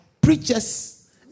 preachers